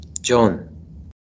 John